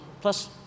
plus